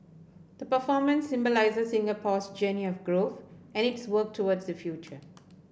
the performance symbolises Singapore's journey of growth and its work towards the future